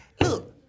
Look